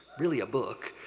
really a book,